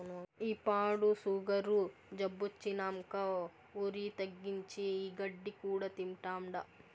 ఈ పాడు సుగరు జబ్బొచ్చినంకా ఒరి తగ్గించి, ఈ గడ్డి కూడా తింటాండా